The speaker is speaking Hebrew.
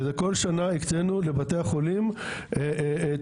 ובכל שנה הקצנו לבתי החולים תשתיות,